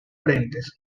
frentes